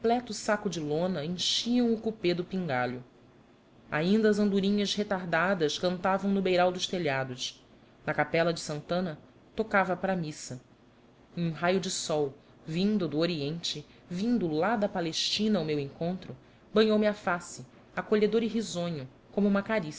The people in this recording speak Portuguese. saco de lona enchiam o cupê do pingalho ainda as andorinhas retardadas cantavam no beiral dos telhados na capela de santana tocava para a missa e um raio de sol vindo do oriente vindo lá da palestina ao meu encontro banhou me a face acolhedor e risonho como uma carícia